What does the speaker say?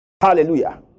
Hallelujah